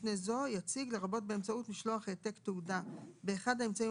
"יציג" לרבות באמצעות משלוח העתק תעודה באחד האמצעים